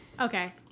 Okay